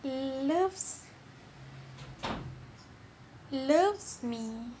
she loves loves me